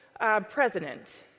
president